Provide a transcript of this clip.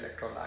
electrolyte